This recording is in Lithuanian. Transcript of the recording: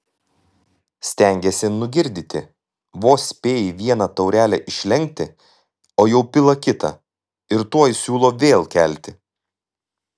stengėsi nugirdyti vos spėji vieną taurelę išlenkti o jau pila kitą ir tuoj siūlo vėl kelti